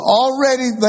already